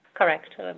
Correct